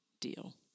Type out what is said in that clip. deal